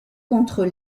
contre